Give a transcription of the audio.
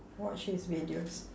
watch his videos